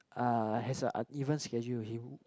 uh has a uneven schedule with him